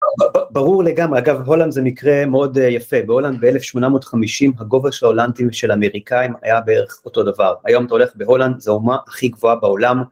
ברור לגמרי. אגב, הולנד זה מקרה מאוד יפה. בהולנד ב-1850 הגובה של ההולנדים ושל האמריקאים היה בערך אותו דבר. היום אתה הולך בהולנד, זו הומה הכי גבוהה בעולם.